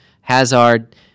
Hazard